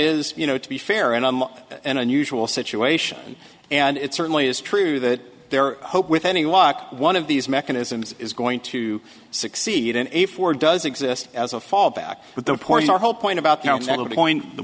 is you know to be fair and on an unusual situation and it certainly is true that their hope with any walk one of these mechanisms is going to succeed in a ford does exist as a fallback but the point our whole point about